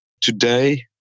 Today